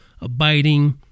abiding